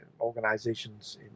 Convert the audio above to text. organizations